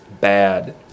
bad